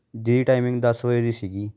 ਜੀ ਟਾਈਮਿੰਗ ਦਸ ਵਜੇ ਦੀ ਸੀਗੀ